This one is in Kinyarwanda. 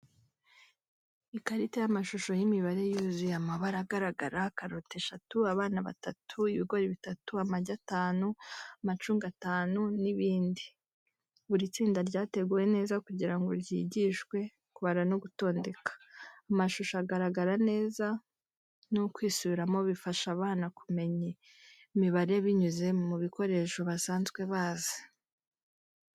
Ikarita y’amashusho y’imibare yuzuye amabara agaragara, karoti eshatu, abana batatu, ibigori bitatu, amagi atanu, amacunga atanu n’ibindi. Buri tsinda ryateguwe neza kugira ngo ryigishwe kubara no gutondeka. Amashusho agaragara neza n’ukwisubiramo bifasha abana kumenya imibare binyuze mu bikoresho basanzwe bazi.